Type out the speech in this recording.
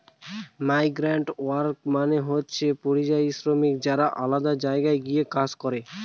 migrant worker মানে হচ্ছে পরিযায়ী শ্রমিক যারা আলাদা জায়গায় গিয়ে কাজ করে